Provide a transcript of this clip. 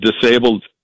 disabled